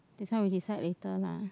this one we decide later lah